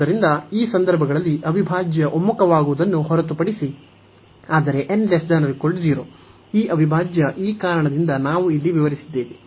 ಆದ್ದರಿಂದ ಈ ಸಂದರ್ಭಗಳಲ್ಲಿ ಅವಿಭಾಜ್ಯ ಒಮ್ಮುಖವಾಗುವುದನ್ನು ಹೊರತುಪಡಿಸಿ ಆದರೆ n≤0 ಈ ಅವಿಭಾಜ್ಯ ಈ ಕಾರಣದಿಂದ ನಾವು ಇಲ್ಲಿ ವಿವರಿಸಿದ್ದೇವೆ